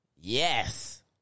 Yes